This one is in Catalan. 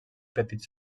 petits